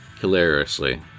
Hilariously